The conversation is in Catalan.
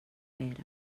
pera